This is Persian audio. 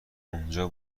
اونجا